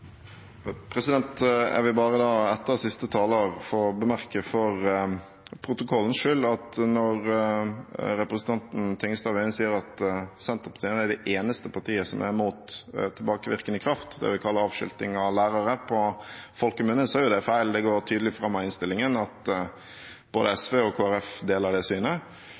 få bemerke for protokollens skyld at når representanten Tingelstad Wøien sier at Senterpartiet er det eneste partiet som er imot tilbakevirkende kraft – det vi på folkemunne kaller avskilting av lærere – er det feil. Det går tydelig fram av innstillingen at både Sosialistisk Venstreparti og Kristelig Folkeparti deler det synet.